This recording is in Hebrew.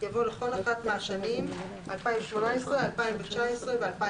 יבוא ״לכל אחת מהשנים 2019,2018 ו-2020".